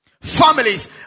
Families